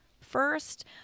first